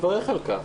לא נערכה הסברה,